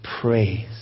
praise